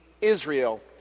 Israel